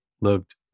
looked